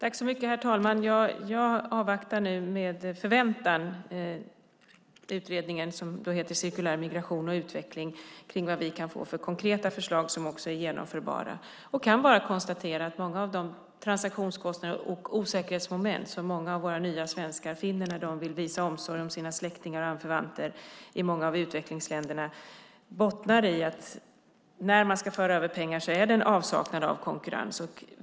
Herr talman! Jag avvaktar med förväntan den utredning som heter Cirkulär migration och utveckling för att se vilka konkreta och genomförbara förslag vi kan få. Jag kan konstatera att många av de transaktionskostnader och osäkerhetsmoment som många av våra nya svenskar finner när de vill visa omsorg om sina släktingar och anförvanter i många av utvecklingsländerna bottnar i att det saknas konkurrens när man ska föra över pengar.